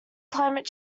climate